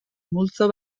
multzo